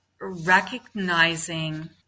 recognizing